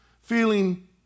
feeling